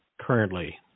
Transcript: currently